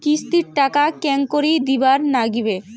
কিস্তির টাকা কেঙ্গকরি দিবার নাগীবে?